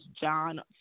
John